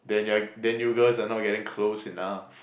then ya~ then you girls are not getting close enough